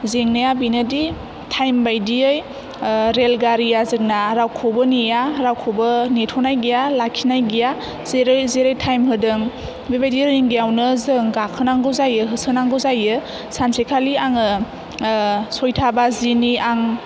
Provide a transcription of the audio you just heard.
जेंनाया बेनोदि टाइम बादियै रेल गारिया जोंना रावखौबो नेया रावखौबो नेथ'नाय गैया लाखिनाय गैया जेरै जेरै टाइम होदों बेबादि रिंगायावनो जों गाखोनांगौ जायो होसोनांगौ जायो सानसेखालि आङो सयथा बाजिनि आं